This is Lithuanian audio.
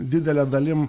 didele dalim